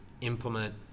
implement